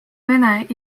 vene